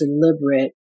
deliberate